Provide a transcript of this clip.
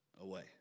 Away